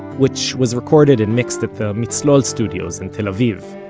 which was recorded and mixed at the mitzlul studios in tel aviv.